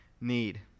need